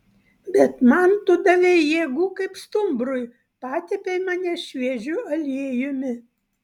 bet man tu davei jėgų kaip stumbrui patepei mane šviežiu aliejumi